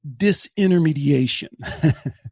disintermediation